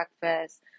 breakfast